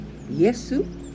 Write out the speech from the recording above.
Yesu